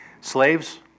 Slaves